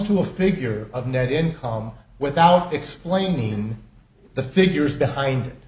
to a figure of net income without explaining the figures behind